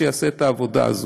שיעשה את העבודה הזאת.